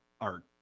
art